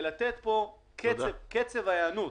קצב ההיענות